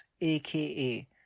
aka